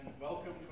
welcome